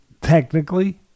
technically